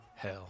hell